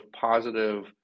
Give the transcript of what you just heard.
positive